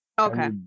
Okay